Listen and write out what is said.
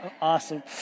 awesome